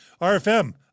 RFM